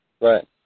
Right